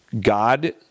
God